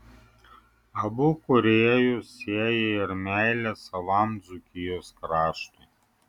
abu kūrėjus sieja ir meilė savam dzūkijos kraštui